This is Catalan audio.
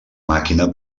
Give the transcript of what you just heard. màquina